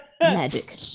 Magic